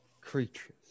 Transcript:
creatures